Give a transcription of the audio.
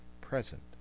present